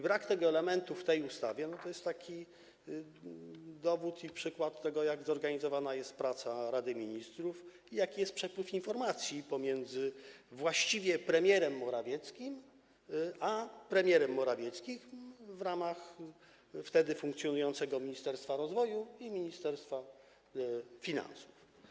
Brak tego elementu w tej ustawie to jest taki dowód i przykład, jak zorganizowana jest praca Rady Ministrów i jaki jest przepływ informacji pomiędzy premierem Morawieckim a premierem Morawieckim w ramach wtedy funkcjonujących Ministerstwa Rozwoju i Ministerstwa Finansów.